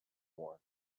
war